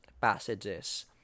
passages